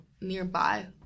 nearby